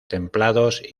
templados